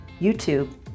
YouTube